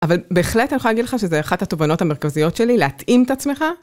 אבל בהחלט אני יכולה להגיד לך שזה אחת התובנות המרכזיות שלי להתאים את עצמך.